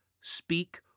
speak